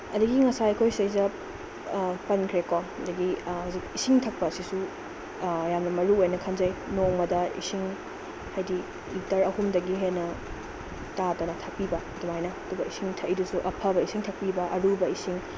ꯑꯗꯒꯤ ꯉꯁꯥꯏ ꯑꯩꯈꯣꯏꯁꯩꯗꯩꯁꯤꯗ ꯄꯟꯈ꯭ꯔꯦ ꯀꯣ ꯑꯗꯒꯤ ꯏꯁꯤꯡ ꯊꯛꯄ ꯑꯁꯤꯁꯨ ꯌꯥꯝꯅ ꯃꯔꯨ ꯑꯣꯏꯌꯦꯅ ꯈꯟꯖꯩ ꯅꯣꯡꯃꯗ ꯏꯁꯤꯡ ꯍꯥꯏꯗꯤ ꯂꯤꯇꯔ ꯑꯍꯨꯝꯗꯒꯤ ꯍꯦꯟꯅ ꯇꯥꯗꯅ ꯊꯛꯄꯤꯕ ꯑꯗꯨꯃꯥꯏꯅ ꯑꯗꯨꯒ ꯏꯁꯤꯡ ꯊꯥꯛꯏꯗꯨꯁꯨ ꯑꯐꯕ ꯏꯁꯤꯡ ꯊꯛꯄꯤꯕ ꯑꯔꯨꯕ ꯏꯁꯤꯡ